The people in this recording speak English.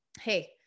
hey